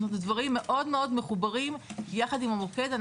דברים מאוד מחוברים יחד עם המוקד.